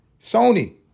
Sony